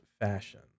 fashion